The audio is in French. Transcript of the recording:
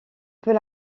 peut